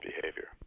behavior